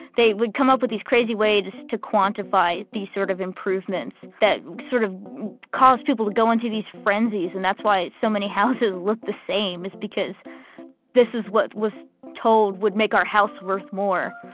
they would come up with these crazy ways to quantify these sort of improvements that sort of caused people to go into these frenzies and that's why so many houses look the same, is because this is what was told would make our house worth more.